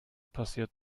passiert